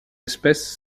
espèce